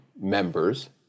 members